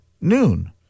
noon